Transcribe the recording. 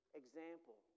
example